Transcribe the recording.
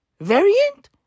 variant